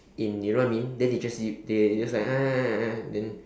in you know what I mean then they just they just like then